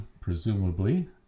Presumably